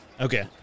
Okay